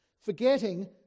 Forgetting